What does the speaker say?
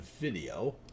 video